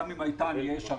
ובואו נהיה ישרים,